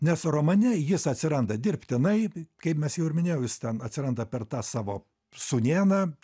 nes romane jis atsiranda dirbtinai kaip mes jau ir minėjau jis ten atsiranda per tą savo sūnėną